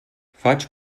faig